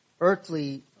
earthly